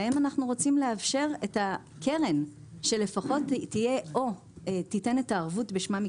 להם אנחנו רוצים לאפשר את הקרן שלפחות תיתן את הערבות בשמם,